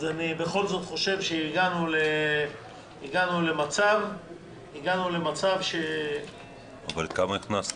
אז אני בכל זאת חושב שהגענו למצב ש --- אבל כמה הכנסנו?